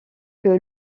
que